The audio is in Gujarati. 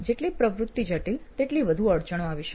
જેટલી પ્રવૃત્તિ જટિલ તેટલી વધુ અડચણો આવી શકે